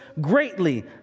greatly